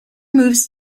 moves